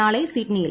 നാളെ സിഡ്നിയിൽ